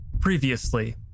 Previously